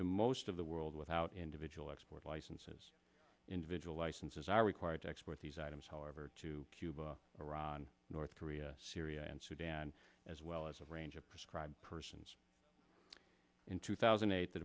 to most of the world without individual export licenses individual licenses are required to export these items however to cuba iran north korea syria and sudan as well as a range of prescribed persons in two thousand and eight the